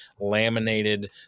laminated